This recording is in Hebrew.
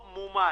מומשו.